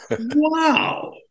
Wow